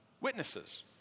witnesses